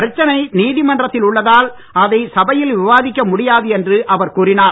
பிரச்சனை நீதிமன்றத்தில் உள்ளதால் அதை சபையில் விவாதிக்க முடியாது என்று அவர் கூறினார்